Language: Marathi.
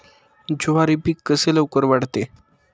ज्वारी पीक कसे लवकर वाढते?